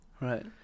Right